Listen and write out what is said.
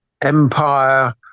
empire